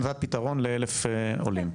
נתת פתרון ל-1,000 עולים.